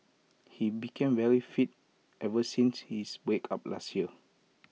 he became very fit ever since his breakup last year